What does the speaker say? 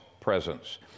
presence